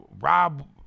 Rob